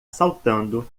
saltando